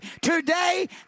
today